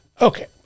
Okay